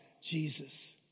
Jesus